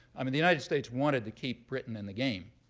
i mean, the united states wanted to keep britain in the game.